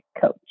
Coach